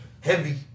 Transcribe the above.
heavy